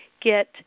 get